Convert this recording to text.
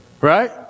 right